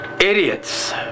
idiots